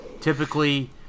Typically